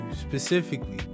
specifically